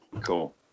Cool